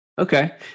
Okay